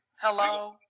Hello